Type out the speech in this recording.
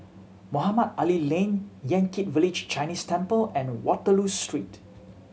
Mohamed Ali Lane Yan Kit Village Chinese Temple and Waterloo Street